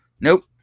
Nope